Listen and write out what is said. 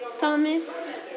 Thomas